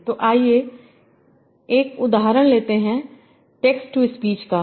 तो आइए एक उदाहरण लेते हैं टेक्स्ट टू स्पीच का